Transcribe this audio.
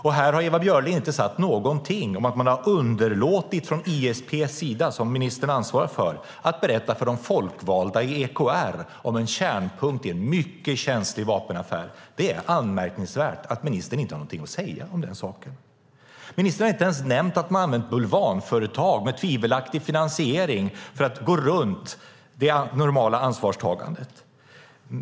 Ewa Björling har inte sagt någonting om att ISP, som ministern ansvarar för, har underlåtit att berätta för de folkvalda i EKR om en kärnpunkt i en mycket känslig vapenaffär. Det är anmärkningsvärt att ministern inte har någonting att säga om den saken. Ministern har inte ens nämnt att man har använt bulvanföretag med tvivelaktig finansiering för att gå runt det normala ansvarstagandet.